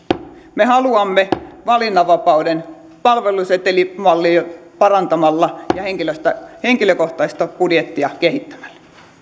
me haluamme valinnanvapauden palvelusetelimallia parantamalla ja henkilökohtaista budjettia kehittämällä